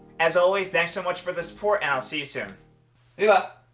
as always thanks so much for the support i'll see you soon! yeah